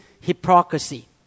hypocrisy